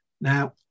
Now